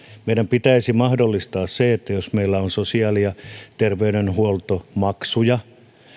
meidän pitäisi mahdollistaa se jos meillä on sosiaali ja terveydenhuoltomaksuja